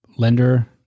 lender